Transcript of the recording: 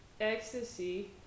ecstasy